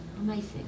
Amazing